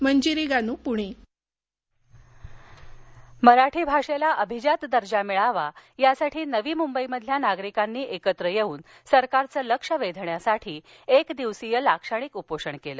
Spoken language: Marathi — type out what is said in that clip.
मराठी भाषा नवी मंबई मराठी भाषेला अभिजात दर्जा मिळावा यासाठी नवी मुंबईमधल्या नागरिकांनी एकत्र येवून सरकारचं लक्ष वेधण्यासाठी एक दिवसीय लाक्षणिक उपोषण केलं